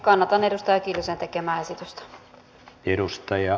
kannatan edustaja kiljusen tekemää esitystä